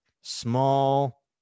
small